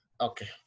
Okay